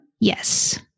Yes